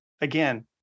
Again